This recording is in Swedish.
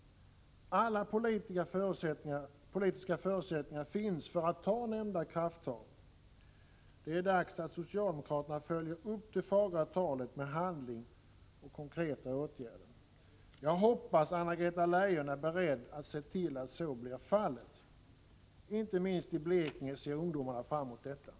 Alla politiska förutsättningar finns för att ta nämnda krafttag. Det är dags att socialdemokraterna följer upp det fagra talet med handling och konkreta åtgärder. Jag hoppas att Anna-Greta Leijon är beredd att se till att så blir fallet. Inte minst i Blekinge ser ungdomarna fram mot detta.